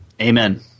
Amen